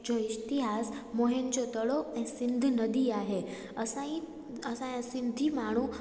जो इश्तिहास मोहन जोदड़ो ऐं सिंधु नदी आहे असांजी असांजा सिंधी माण्हू